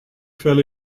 fell